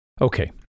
okay